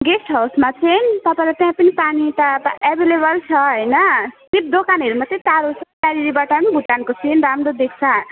guest हाउसमा चाहिँ तपाईँलाई त्यहाँ पनि पानी त एभेलेबल छ हैन सिर्फ दोकानहरू मात्रै टाढो छ त्यहाँनेरिबाट पनि भुटानको सिन राम्रो देख्छ